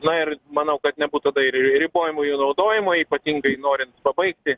na ir manau kad nebūtų ribojimų jų naudojimo ypatingai norint pabaigti